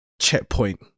checkpoint